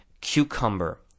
cucumber